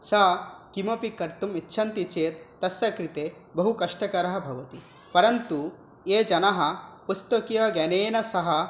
सः किमपि कर्तुमिच्छन्ति चेत् तस्य कृते बहु कष्टकरं भवति परन्तु ये जनाः पुस्तकीयज्ञानेन सह